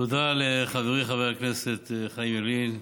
תודה לחברי חבר הכנסת חיים ילין.